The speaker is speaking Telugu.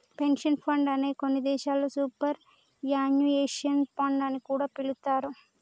పెన్షన్ ఫండ్ నే కొన్ని దేశాల్లో సూపర్ యాన్యుయేషన్ ఫండ్ అని కూడా పిలుత్తారు